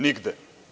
Nigde.